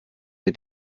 wir